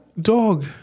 dog